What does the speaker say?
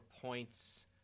points—